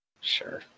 Sure